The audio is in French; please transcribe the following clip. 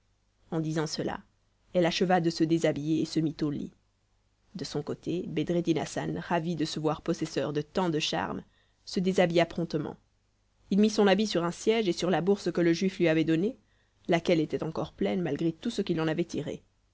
en disant cela elle acheva de se déshabiller et se mit au lit de son côté bedreddin hassan ravi de se voir possesseur de tant de charmes se déshabilla promptement il mit son habit sur un siège et sur la bourse que le juif lui avait donnée laquelle était encore pleine malgré tout ce qu'il en avait tiré